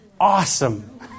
Awesome